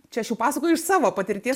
čia aš jau pasakoju iš savo patirties